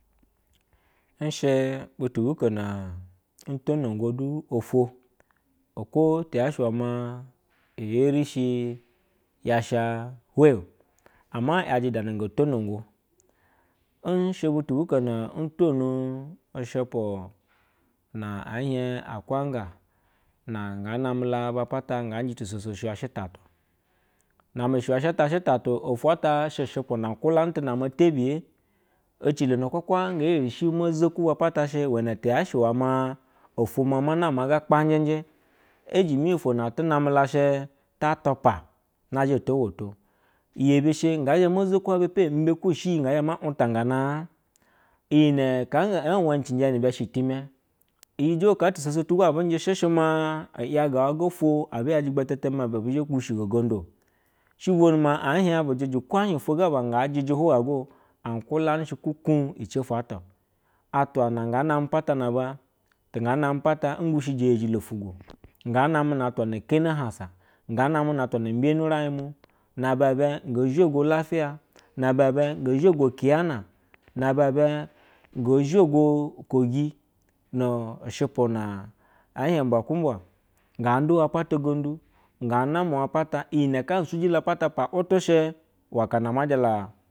Neshe butu no nantono gudu ofwo, ofwo yashe ulama yeri shi ya sha hwe o ama iyaje dana to tonogo nshɛ butu no ushupu na ohie akwanga, na nga nama a pata ngaje tusoso suyna shɛ tatu na mae shuka ofwo ata she shupu na tula tu nana tebiya ecilo po nge rishi mo zuku apata she uwene to yeshe ufe ma ofwo ma gama nama ga kpajɛje ɛjemi ofwo na ati namala she ta tupa mazhe o tu woto, yebi she ngezhe mo zuku epe imbeku she yi gama ntan gana a lyi ne kaa a wanije ni be shetime, iyi jo tusoso tugo abi njɛ shɛshe i yagawa ofwo abuyajee mgbede ma ibe abizhe bo gushigo gondu she bo numa ehi bujije ko ehie ofwo ga jɛjɛ hiveye go unteula she kukuu ici ofwo too, atwa na nga name apata na ataba ti nga name ngushigi eyejilo fugwo nga name na atwa na neni ahansa ganame na atwa na meni rai mu na aba go zhogo lafiya, na abazhe go zogo hiana na aba be go zhogo kogi, nu shupu ns hie mbo kumbu nga duwa pata gondu nga namu apata iyi ne kaa sugi la oasa mutu shɛ uwene akana ana jala.